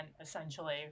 essentially